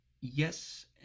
yes